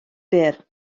byr